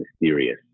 mysterious